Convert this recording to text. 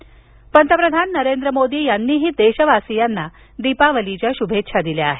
शभेच्छा पंतप्रधान नरेंद्र मोदी यांनीही देशवासियांना दीपावलीच्या शुभेच्छा दिल्या आहेत